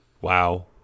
wow